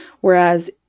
whereas